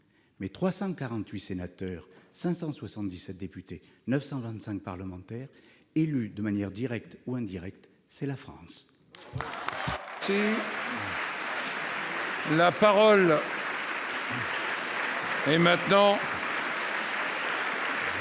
Mais 348 sénateurs, 577 députés, 925 parlementaires élus de manière directe ou indirecte : c'est la France ! La parole est à M.